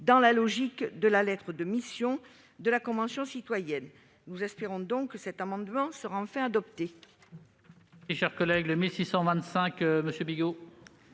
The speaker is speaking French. dans la logique de la lettre de mission de la Convention citoyenne. Nous espérons donc que cet amendement sera enfin adopté.